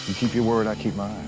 keep your word. i keep mine.